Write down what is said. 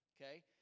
okay